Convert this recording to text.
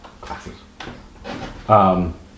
Classes